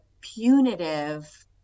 punitive